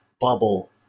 bubble